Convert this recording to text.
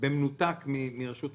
במנותק מרשות המסים.